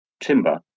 timber